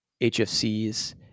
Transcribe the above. HFCs